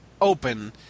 open